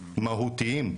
מהותיים,